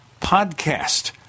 PODCAST